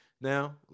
now